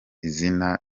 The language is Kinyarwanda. izina